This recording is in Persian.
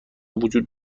وجود